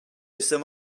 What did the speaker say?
some